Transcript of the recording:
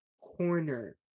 corner